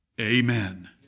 Amen